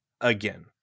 again